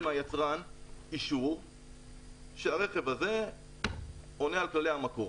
מהיצרן אישור שהרכב הזה עונה על כללי המקור.